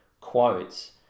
quotes